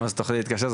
תוכניות מתחילות לצאת,